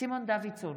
סימון דוידסון,